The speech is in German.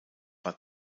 war